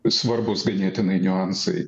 svarbūs ganėtinai niuansai